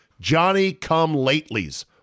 Johnny-come-latelys